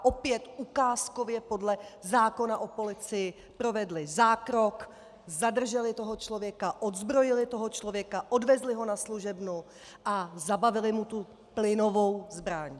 Opět ukázkově podle zákona o policii provedli zákrok, zadrželi toho člověka, odzbrojili toho člověka, odvezli ho na služebnu a zabavili mu tu plynovou zbraň.